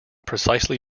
precisely